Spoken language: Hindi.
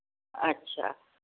अच्छा